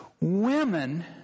Women